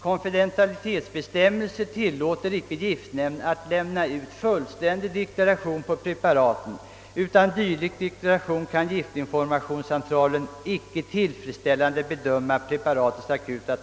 Konfidentialitetsbestämmelser tillåter icke giftnämnden att lämna ut fullständig deklaration på preparaten. Utan en dylik deklaration kan giftinformationscentralen icke tillfredsställande bedöma preparatens akuta